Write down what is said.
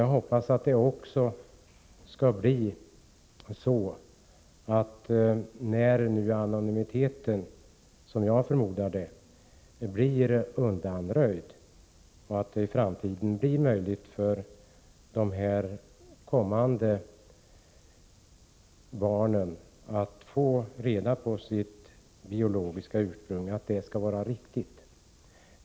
Jag hoppas att det är ett riktigt beslut när man bestämmer att anonymiteten blir undanröjd — som jag förmodar kommer att ske — och när det blir möjligt för de kommande barnen att få veta sitt biologiska ursprung.